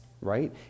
right